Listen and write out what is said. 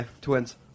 Twins